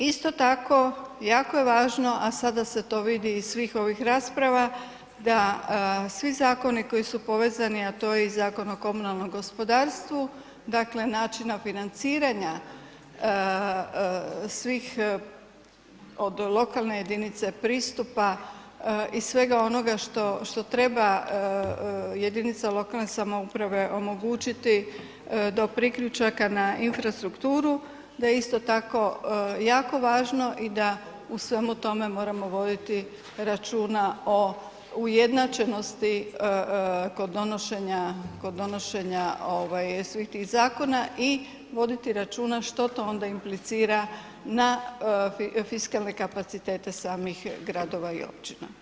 Isto tako jako je važno a sada se to vidi iz svih ovih rasprava da svi zakoni koji su povezani a to je i Zakon o komunalnom gospodarstvu, dakle načina financiranja svih od lokalne jedinice pristupa i svega onoga što treba jedinica lokalne samouprave omogućiti do priključaka na infrastrukturu da je isto tako jako važno i da u svemu tome moramo voditi računa o ujednačenosti kod donošenja svih tih zakona i voditi računa što to onda implicira na fiskalne kapacitete samih gradova i općina.